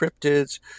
cryptids